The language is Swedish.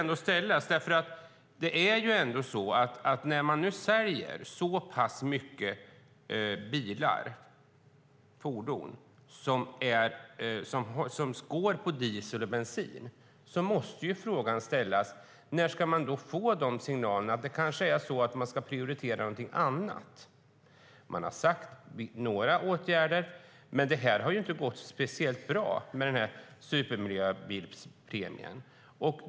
När det nu säljs så pass mycket bilar och fordon som går på diesel och bensin måste ju frågan ställas: När ska det komma en signal om att det kanske är något annat som ska prioriteras? Man har talat om några åtgärder, men det har inte gått speciellt bra med supermiljöbilspremien.